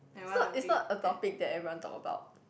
it's not it's not a topic that everyone talk about